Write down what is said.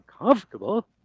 uncomfortable